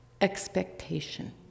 expectation